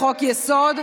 לחוק-יסוד: